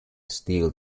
steel